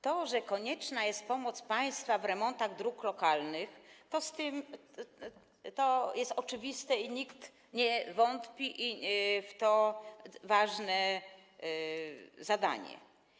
To, że konieczna jest pomoc państwa w remontach dróg lokalnych, to jest oczywiste i nikt nie wątpi, że to ważne zadanie.